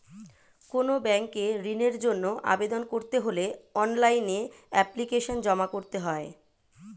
কোনো ব্যাংকে ঋণের জন্য আবেদন করতে হলে অনলাইনে এপ্লিকেশন জমা করতে হয়